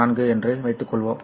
4 என்று வைத்துக்கொள்வோம்